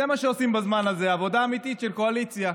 זה מה שעושים בזמן הזה, עבודה אמיתית של קואליציה.